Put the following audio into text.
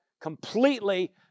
completely